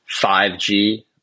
5G